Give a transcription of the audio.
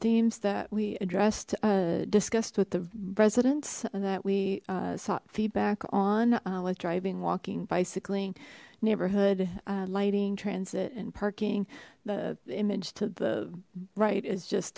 themes that we addressed uh discussed with the residents that we sought feedback on with driving walking bicycling neighborhood lighting transit and parking the image to the right is just